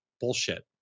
Bullshit